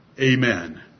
Amen